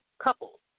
couples